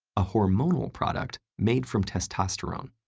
a hormonal product made from testosterone.